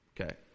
Okay